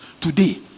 Today